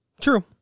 true